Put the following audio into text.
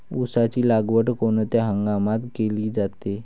ऊसाची लागवड कोनच्या हंगामात केली जाते?